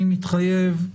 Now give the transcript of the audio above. אני מתחייב,